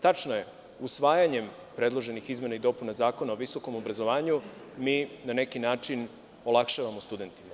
Tačno je, usvajanjem predloženih izmena i dopuna Zakona o visokom obrazovanju mina neki način olakšavamo studentima.